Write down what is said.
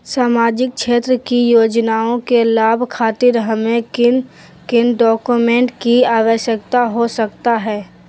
सामाजिक क्षेत्र की योजनाओं के लाभ खातिर हमें किन किन डॉक्यूमेंट की आवश्यकता हो सकता है?